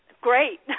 Great